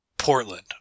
Portland